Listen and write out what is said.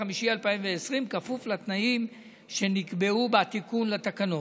במאי 2020, כפוף לתנאים שנקבעו בתיקון לתקנות.